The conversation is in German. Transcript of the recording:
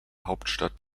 hauptstadt